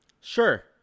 Sure